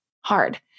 hard